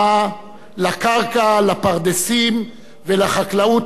לקרקע, לפרדסים ולחקלאות הארץ-ישראלית.